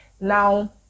now